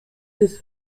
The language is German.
des